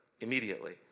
immediately